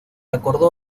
acordó